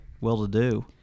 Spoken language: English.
well-to-do